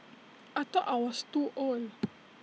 I thought I was too old